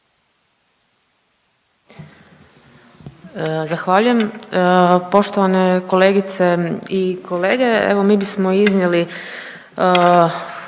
Zahvaljujem. Poštovane kolegice i kolege, evo mi bismo iznijeli